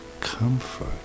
comfort